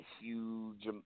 huge